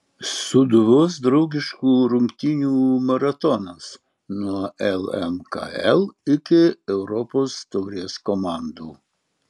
sūduvos draugiškų rungtynių maratonas nuo lmkl iki europos taurės komandų